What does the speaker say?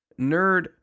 nerd